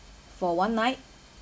for one night